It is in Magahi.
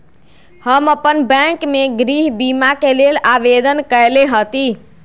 हम अप्पन बैंक में गृह बीमा के लेल आवेदन कएले हति